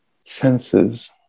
senses